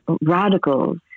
radicals